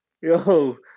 Yo